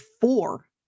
four